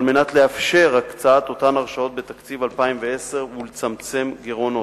על מנת לאפשר הקצאת אותן הרשאות בתקציב 2010 ולצמצם גירעונות.